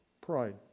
pride